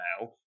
now